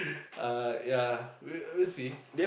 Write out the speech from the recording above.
uh ya we we'll see